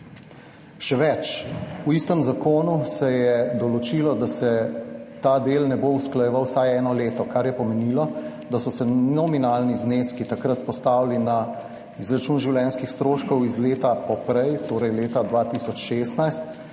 Še več, v istem zakonu se je določilo, da se ta del ne bo usklajeval vsaj eno leto, kar je pomenilo, da so se nominalni zneski takrat postavili na izračun življenjskih stroškov iz leta poprej, torej leta 2016,